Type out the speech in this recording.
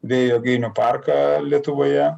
vėjo jėgainių parką lietuvoje